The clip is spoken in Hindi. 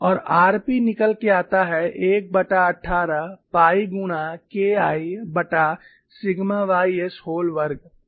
और rp निकल के आता है 118 पाई गुणा KIसिग्मा ys व्होल वर्ग